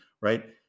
right